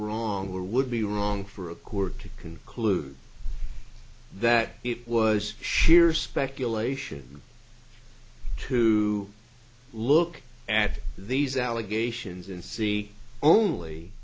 wrong or would be wrong for a coup or to conclude that it was sheer speculation to look at these allegations and see only